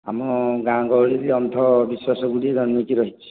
ଆମ ଗାଁ ଗହଳିରେ ଅନ୍ଧ ବିଶ୍ଵାସ ଗୁଡ଼ିଏ ଜମିକି ରହିଛି